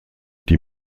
die